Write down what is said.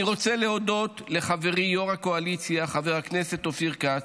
אני רוצה להודות לחברי יו"ר הקואליציה חבר הכנסת אופיר כץ,